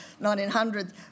1900s